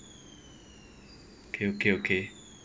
okay okay okay